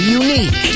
unique